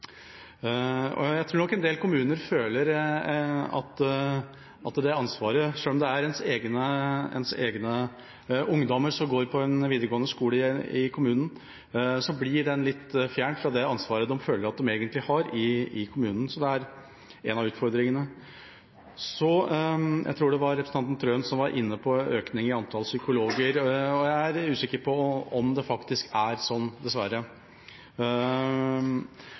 Jeg tror nok en del kommuner føler at det ansvaret, selv om det er ens egne ungdommer som går på en videregående skole i kommunen, blir litt fjernt fra det ansvaret de føler at de egentlig har i kommunen. Så det er en av utfordringene. Så tror jeg det var representanten Wilhelmsen Trøen som var inne på økning i antall psykologer. Jeg er usikker på om det faktisk er sånn, dessverre.